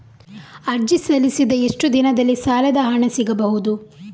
ಅರ್ಜಿ ಸಲ್ಲಿಸಿದ ಎಷ್ಟು ದಿನದಲ್ಲಿ ಸಾಲದ ಹಣ ಸಿಗಬಹುದು?